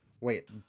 Wait